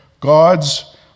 God's